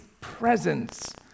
presence